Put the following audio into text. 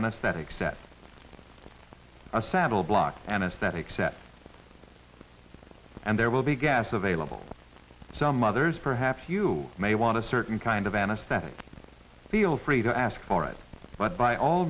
anaesthetic sets a saddle block anaesthetic set and there will be gas available some others perhaps you may want a certain kind of anesthetic feel free to ask for it but by all